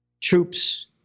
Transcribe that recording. troops